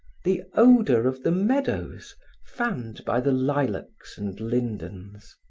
the odor of the meadows fanned by the lilacs and lindens.